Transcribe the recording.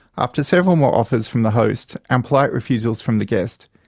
after several more offers from the host and polite refusals from the guest,